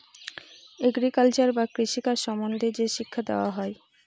agriculture বা কৃষি কাজ সম্বন্ধে যে শিক্ষা দেওয়া হয়